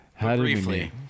Briefly